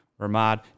Ramad